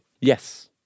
Yes